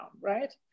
right